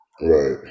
Right